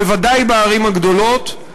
בוודאי בערים הגדולות,